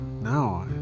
No